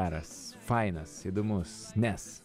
geras fainas įdomus nes